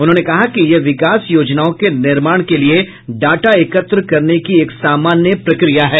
उन्होंने कहा कि यह विकास योजनाओं के निर्माण के लिये डाटा एकत्र करने की एक सामान्य प्रक्रिया है